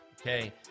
Okay